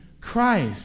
Christ